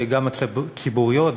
גם הציבוריות,